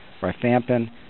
rifampin